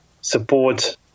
support